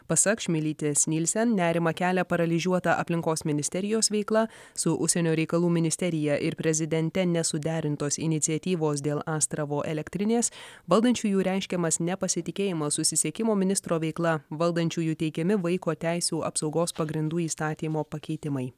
pasak šmilytės nilsen nerimą kelia paralyžiuota aplinkos ministerijos veikla su užsienio reikalų ministerija ir prezidente nesuderintos iniciatyvos dėl astravo elektrinės valdančiųjų reiškiamas nepasitikėjimas susisiekimo ministro veikla valdančiųjų teikiami vaiko teisių apsaugos pagrindų įstatymo pakeitimai